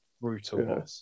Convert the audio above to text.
Brutal